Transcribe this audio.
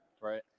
Right